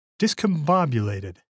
discombobulated